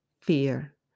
fear